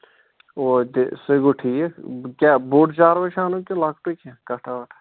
سوے گوٚو ٹھیٖک کیٛاہ بوٚڑ چاروٲے چھا اَنُن کِنہٕ لۄکٹُے کیٚنہہ کَٹھا وَٹھا